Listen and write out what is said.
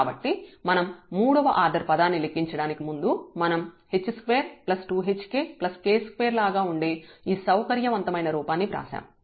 కాబట్టి మనం మూడవ ఆర్డర్ పదాన్ని లెక్కించడానికి ముందు మనం h22hkk2 లాగా ఉండే ఈ సౌకర్యవంతమైన రూపాన్ని వ్రాశాము